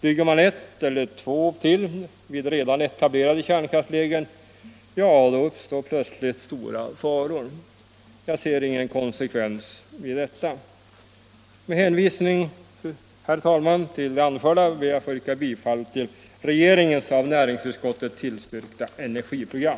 Bygger man ett eller två till vid redan etablerade kärnkraftslägen, ja, då uppstår det plötsligt stora faror. Jag ser ingen konsekvens i detta. Med hänvisning till det anförda, herr talman, ber jag att få yrka bifall till regeringens av näringsutskottet tillstyrkta energiprogram.